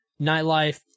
nightlife